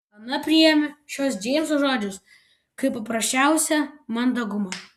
ana priėmė šiuos džeimso žodžius kaip paprasčiausią mandagumą